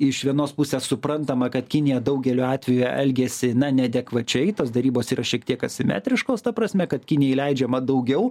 iš vienos pusės suprantama kad kinija daugeliu atveju elgiasi na neadekvačiai tos derybos yra šiek tiek asimetriškos ta prasme kad kinijai leidžiama daugiau